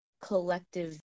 collective